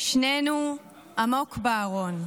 שנינו עמוק בארון.